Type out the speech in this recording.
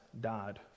died